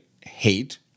hate